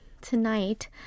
tonight